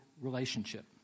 relationship